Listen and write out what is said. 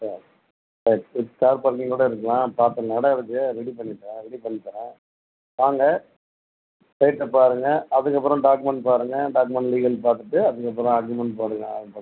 சரி கால் பண்ணி கூட இருக்கலாம் பார்ப்போம் இன்னொரு இடம் இருக்குது ரெடி பண்ணி தரேன் வாங்க சைட்ட பாருங்கள் அதுக்கு அப்புறம் டாக்குமெண்ட் பாருங்கள் டாக்குமெண்ட் லீகல் பார்த்துட்டு அதுக்கு அப்புறம் அக்ரீமெண்ட் போடுங்கள்